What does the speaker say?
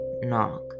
knock